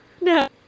no